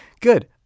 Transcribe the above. Good